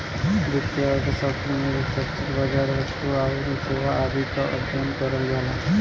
वित्तीय अर्थशास्त्र में वैश्विक बाजार, वस्तु आउर सेवा आदि क अध्ययन करल जाला